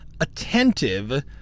attentive